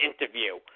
interview